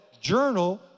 journal